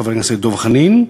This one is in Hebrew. חבר הכנסת דב חנין,